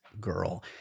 girl